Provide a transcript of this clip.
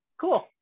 Cool